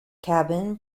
cabin